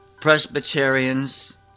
Presbyterians